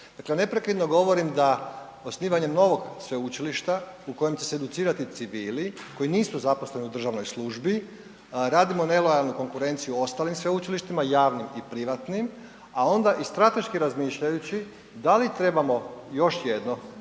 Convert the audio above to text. Dakle, neprekidno govorim da osnivanjem novog sveučilišta u kojem će se educirati civili koji nisu zaposleni u državnoj službi, radimo nelojalnu konkurenciju ostalim sveučilištima, javnim i privatnim, a onda i strateški razmišljajući, da li trebamo još jedno